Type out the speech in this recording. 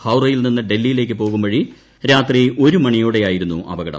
ഹൌറയിൽ നിന്ന് ഡൽഹിയിലേക്ക് പോകുംവഴി രാത്രി ഒരു മണിയോടെയായിരുന്നു അപകടം